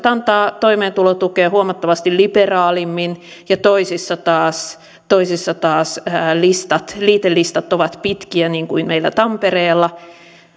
antavat toimeentulotukea huomattavasti liberaalimmin ja toisissa taas toisissa taas liitelistat liitelistat ovat pitkiä niin kuin meillä tampereella